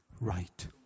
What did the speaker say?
right